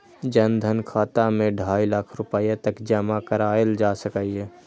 जन धन खाता मे ढाइ लाख रुपैया तक जमा कराएल जा सकैए